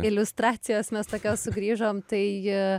iliustracijos mes tokios sugrįžom tai